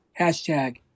hashtag